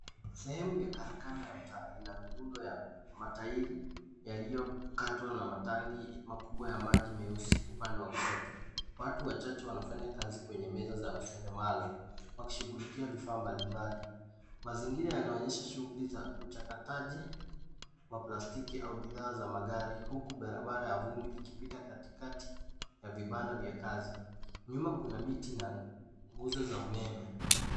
Sehemu ya karakana ya ina midundo ya matairi yaliyokatwa na matangi makubwa ya maji meusi upande wa kushoto, watu wachache wanafanya kazi kwenye meza za useremala wakishughulikia vifaa mbalimbali mazingira yanaonyesha shughuli za uchakataji kwa plastiki au bidhaa za magari huku barabara ya vumbi ikipita katikati ya vibanda vya kazi nyuma kuna miti na nguzo za umeme.